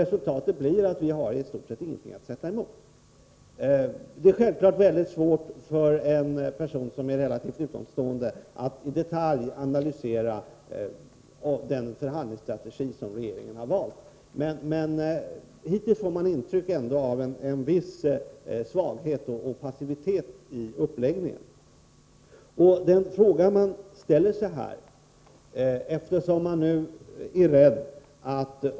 Resultatet blir att vi i stort sett inte har någonting att sätta emot. Självfallet är det väldigt svårt för en person som mer eller mindre står utanför diskussionen att i detalj analysera den förhandlingsstrategi som regeringen har valt. Fortfarande har man ett intryck av viss svaghet och passivitet i fråga om uppläggningen.